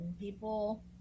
people